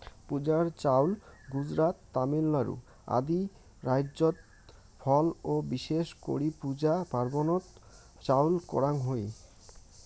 পূজার চাউল গুজরাত, তামিলনাড়ু আদি রাইজ্যত ফল ও বিশেষ করি পূজা পার্বনত চইল করাঙ হই